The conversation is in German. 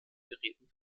geräten